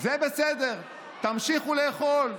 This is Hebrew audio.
זה בסדר, תמשיכו לאכול חופשי-חופשי.